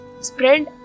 spread